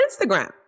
Instagram